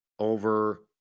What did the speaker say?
over